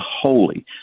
holy